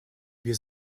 wir